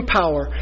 power